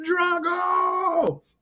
Drago